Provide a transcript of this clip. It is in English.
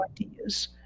ideas